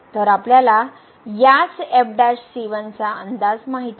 तर आपल्याला याच चा अंदाज माहित आहे